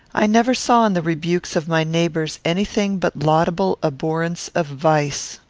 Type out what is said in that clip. i never saw in the rebukes of my neighbours any thing but laudable abhorrence of vice.